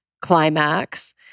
climax